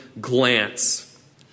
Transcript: glance